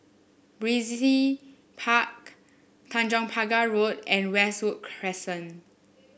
Park Tanjong Pagar Road and Westwood Crescent